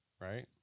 Right